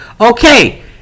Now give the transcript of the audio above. Okay